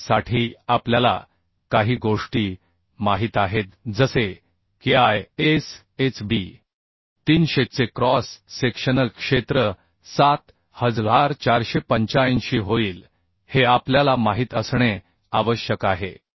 300 साठी आपल्याला काही गोष्टी माहित आहेत जसे की ISHB 300 चे क्रॉस सेक्शनल क्षेत्र 7485 होईल हे आपल्याला माहित असणे आवश्यक आहे